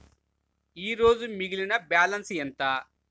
ఈరోజు మిగిలిన బ్యాలెన్స్ ఎంత?